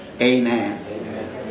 amen